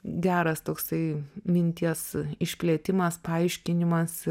geras toksai minties išplėtimas paaiškinimas